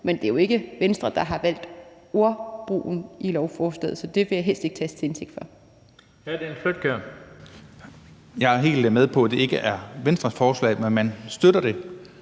Men det er jo ikke Venstre, der har valgt ordlyden i lovforslaget. Så det vil jeg helst ikke tages til indtægt for.